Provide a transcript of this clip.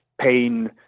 pain